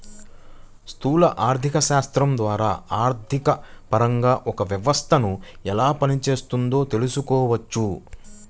స్థూల ఆర్థికశాస్త్రం ద్వారా ఆర్థికపరంగా ఒక వ్యవస్థను ఎలా పనిచేస్తోందో తెలుసుకోవచ్చు